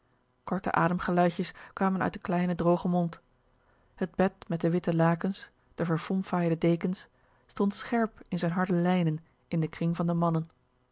korte ademgeluidjes kwamen den uit den kleinen drogen mond het bed met de witte lakens de verfomfaaide dekens stond scherp in zijn harde lijnen in den kringvan de mannen